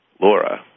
Laura